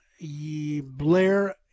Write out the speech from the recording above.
Blair